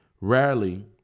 Rarely